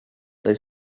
they